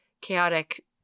chaotic